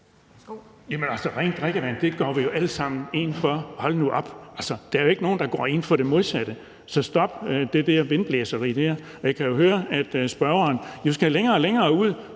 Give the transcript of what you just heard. rent drikkevand går vi jo alle sammen ind for. Hold nu op – der er jo ikke nogen, der går ind for det modsatte. Så stop det der vindblæseri. Jeg kan jo høre, at spørgeren skal længere og længere ud